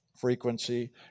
frequency